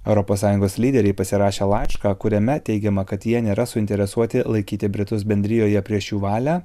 europos sąjungos lyderiai pasirašė laišką kuriame teigiama kad jie nėra suinteresuoti laikyti britus bendrijoje prieš jų valią